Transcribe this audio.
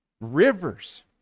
rivers